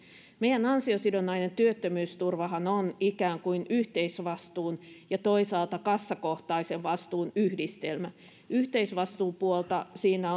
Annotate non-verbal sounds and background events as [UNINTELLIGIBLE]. meidän ansiosidonnainen työttömyysturvahan on ikään kuin yhteisvastuun ja toisaalta kassakohtaisen vastuun yhdistelmä yhteisvastuupuolta siinä [UNINTELLIGIBLE]